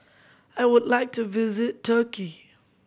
I would like to visit Turkey